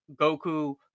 goku